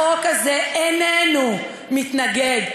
החוק הזה איננו מתנגד,